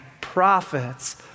prophets